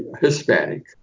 Hispanic